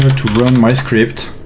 to run my script